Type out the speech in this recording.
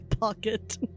pocket